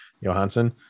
Johansson